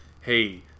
hey